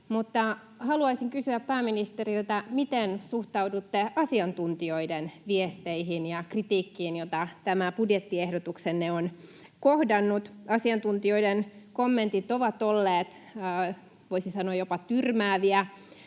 haluaisin kysyä pääministeriltä, miten suhtaudutte asiantuntijoiden viesteihin ja kritiikkiin, joita tämä budjettiehdotuksenne on kohdannut. Asiantuntijoiden kommentit ovat olleet, voisi sanoa, jopa tyrmääviä.